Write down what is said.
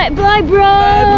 but bye, bro,